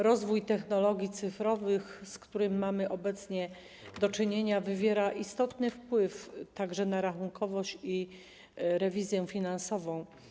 Rozwój technologii cyfrowych, z którym mamy obecnie do czynienia, wywiera istotny wpływ także na rachunkowość i rewizję finansową.